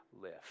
live